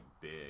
big